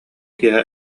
киэһэ